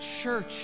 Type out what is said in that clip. church